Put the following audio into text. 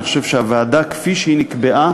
אני חושב שהוועדה, כפי שהיא נקבעה,